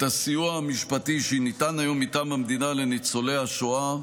הסיוע המשפטי שניתן היום מטעם המדינה לניצולי שואה,